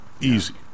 Easy